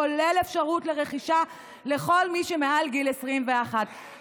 כולל אפשרות לרכישה לכל מי שמעל גיל 21,